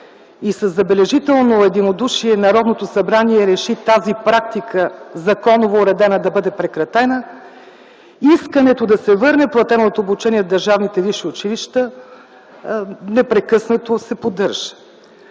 и със забележително единодушие Народното събрание реши тази практика, законово уредена, да бъде прекратена, искането да се върне платеното обучение в държавните висши училища непрекъснато се поддържа.